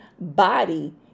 body